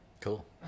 Cool